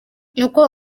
uko